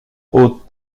haute